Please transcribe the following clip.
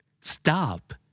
Stop